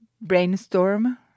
brainstorm